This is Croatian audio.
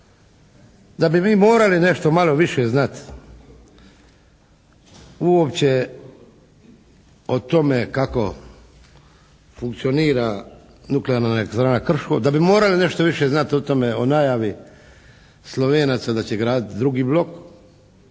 Da bi mi morali nešto malo više znati uopće o tome kako funkcionira nuklearna elektrana Krško. Da bi morali nešto više znati o tome o najavi Slovenaca da će graditi drugi blok